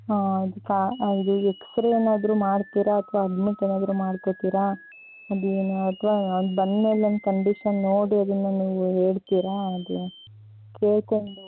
ಹಾಂ ಅದು ಇದು ಎಕ್ಸ್ರೆ ಏನಾದರೂ ಮಾಡ್ತೀರಾ ಅಥವಾ ಅಡ್ಮಿಟ್ ಏನಾದರೂ ಮಾಡ್ಕೋತೀರಾ ಅದು ಏನು ಅಥವಾ ಅಲ್ಲಿ ಬಂದಮೇಲೆ ನನ್ನ ಕಂಡೀಶನ್ ನೋಡಿ ಅದನ್ನು ನನಗೆ ನೀವು ಹೇಳ್ತೀರಾ ಹೇಗೆ ಕೇಳಿಕೊಂಡು